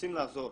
רוצים לעזור.